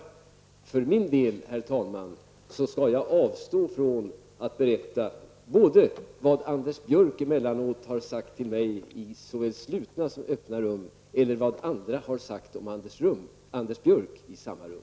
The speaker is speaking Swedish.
För min del, herr talman, skall jag avstå från att berätta både vad Anders Björck emellanåt har sagt till mig i såväl slutna som öppna rum eller vad andra har sagt om Anders Björck i samma rum.